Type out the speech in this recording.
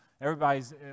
everybody's